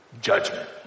Judgment